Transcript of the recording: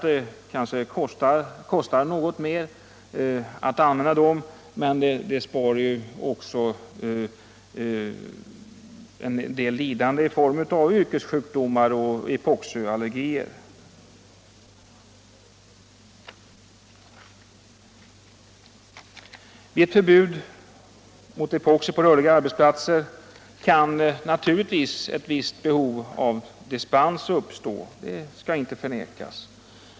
Det kanske kostar något mer att använda dem, men det skulle å andra sidan innebära minskat lidande i form av yrkessjukdomar. exempelvis epoxiallergier. Vid ett förbud mot användning av epoxiprodukter på rörliga arbetsplatser kan naturligtvis ett visst behov av dispens uppstå. Det skall inte förnekas.